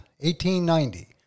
1890